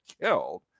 killed